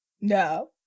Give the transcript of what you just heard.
No